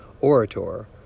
orator